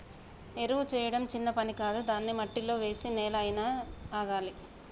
ఎరువు చేయడం చిన్న పని కాదు దాన్ని మట్టిలో వేసి నెల అయినా ఆగాలి